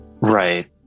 Right